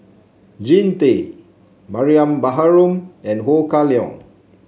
Jean Tay Mariam Baharom and Ho Kah Leong